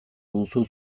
duzu